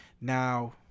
Now